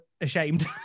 ashamed